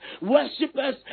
Worshippers